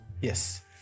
Yes